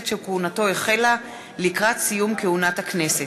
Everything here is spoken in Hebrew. שכהונתו החלה לקראת סיום כהונת הכנסת.